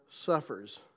suffers